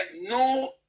no